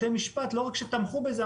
בתי המשפט לא רק שתמכו בזה,